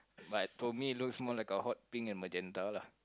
but to me it looks more like a hot pink and magenta lah